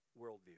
worldview